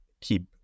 keep